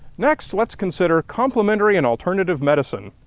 next, let's consider complementary and alternative medicine.